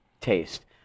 taste